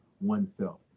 oneself